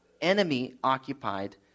enemy-occupied